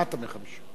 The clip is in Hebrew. למטה מ-5%.